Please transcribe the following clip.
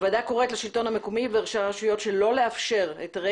הוועדה קוראת לשלטון המקומי ולראשי הרשויות שלא לאפשר היתרי